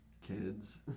kids